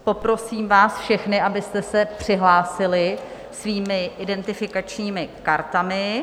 Poprosím vás všechny, abyste se přihlásili svými identifikačními kartami.